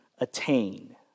attain